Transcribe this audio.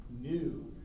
new